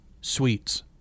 suites